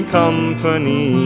company